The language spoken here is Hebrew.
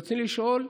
ברצוני לשאול: